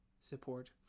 Support